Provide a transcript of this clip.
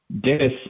Dennis